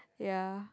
ya